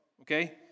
okay